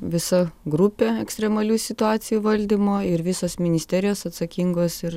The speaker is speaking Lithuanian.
visa grupė ekstremalių situacijų valdymo ir visos ministerijos atsakingos ir